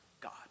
God